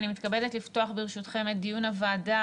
אני מתכבדת לפתוח ברשותכם את דיון הוועדה